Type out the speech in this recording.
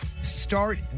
Start